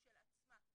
של עצמה.